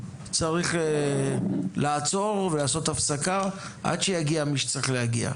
צריך לעצור ולעשות הפסקה עד שיגיע מי שצריך להגיע.